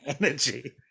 energy